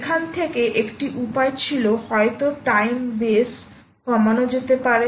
এখান থেকে একটি উপায় ছিল হয়তো টাইম বেস কমানো যেতে পারে